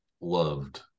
loved